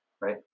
Right